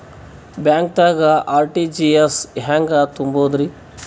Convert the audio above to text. ಬ್ಯಾಂಕ್ದಾಗ ಆರ್.ಟಿ.ಜಿ.ಎಸ್ ಹೆಂಗ್ ತುಂಬಧ್ರಿ?